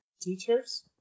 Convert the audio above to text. teachers